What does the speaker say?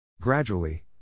Gradually